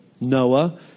Noah